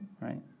right